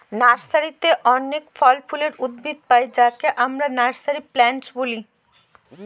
নার্সারিতে অনেক ফল ফুলের উদ্ভিদ পাই যাকে আমরা নার্সারি প্লান্ট বলি